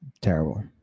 terrible